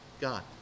God